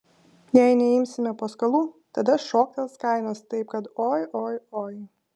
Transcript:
jei neimsime paskolų tada šoktels kainos taip kad oi oi oi